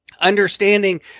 Understanding